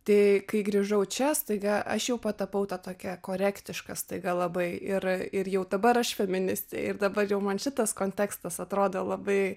tai kai grįžau čia staiga aš jau patapau ta tokia korektiška staiga labai ir ir jau dabar aš feministė ir dabar jau man šitas kontekstas atrodo labai